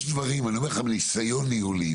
יש ניסיון ניהולי.